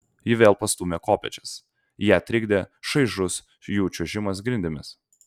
ji vėl pastūmė kopėčias ją trikdė šaižus jų čiuožimas grindimis